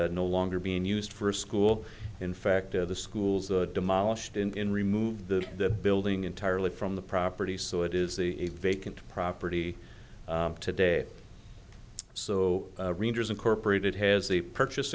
and no longer being used for a school in fact of the schools demolished in remove the building entirely from the property so it is the vacant property today so rangers incorporated has the purchase